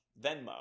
Venmo